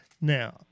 Now